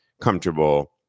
comfortable